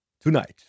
Tonight